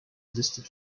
listed